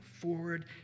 forward